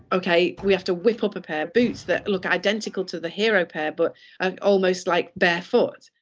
okay we have to whip up a pair of boots that look identical to the hero pair, but ah almost like barefoot.